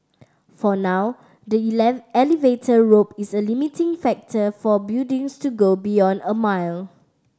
for now the elevator rope is a limiting factor for buildings to go beyond a mile